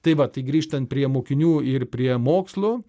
tai vat tai grįžtant prie mokinių ir prie mokslų